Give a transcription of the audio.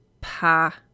pa